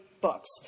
books